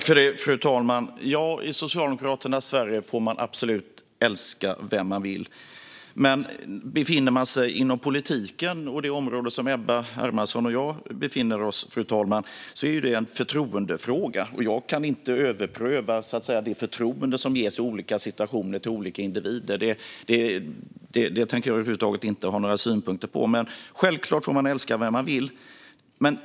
Fru talman! I Socialdemokraternas Sverige får man absolut älska vem man vill. Men inom politiken och det område där Ebba Hermansson och jag befinner oss är det en förtroendefråga. Jag kan inte överpröva det förtroende som ges till olika individer i olika situationer. Det tänker jag inte ha några synpunkter på över huvud taget. Men självklart får man älska vem man vill.